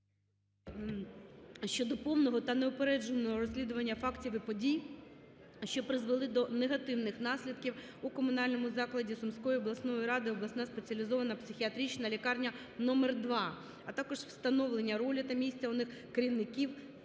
щодо повного та неупередженого розслідування фактів і подій, що призвели до негативних наслідків у комунальному закладі Сумської обласної ради "Обласна спеціалізована психіатрична лікарня №2", а також встановлення ролі та місця у них керівництва